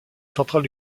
centrale